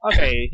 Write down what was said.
Okay